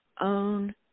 own